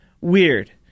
weird